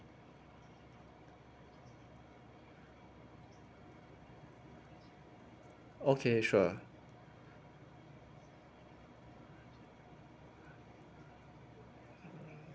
okay sure